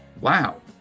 Wow